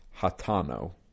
Hatano